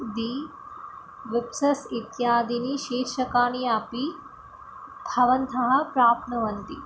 दी वेब्सस् इत्यादिनि शीर्षकाः अपि हन्तः प्राप्नुवन्ति